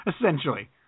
essentially